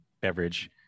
beverage